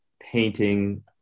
painting